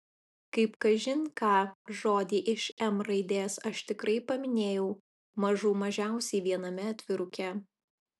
kaip kažin ką žodį iš m raidės aš tikrai paminėjau mažų mažiausiai viename atviruke